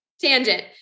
Tangent